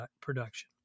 production